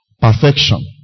perfection